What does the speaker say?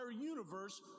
universe